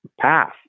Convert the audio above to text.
path